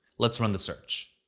let's run the search.